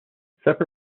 separate